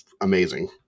amazing